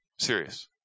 serious